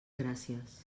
gràcies